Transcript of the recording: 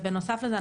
בנוסף לזה,